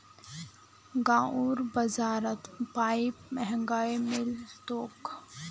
गांउर बाजारत पाईप महंगाये मिल तोक